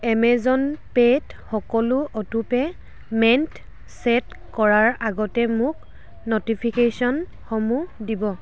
Amazon pay ত সকলো auto payment set কৰাৰ আগতে মোক ন'টিফিকেশ্যনসমূহ দিব